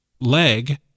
leg